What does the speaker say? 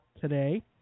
today